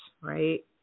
right